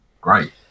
great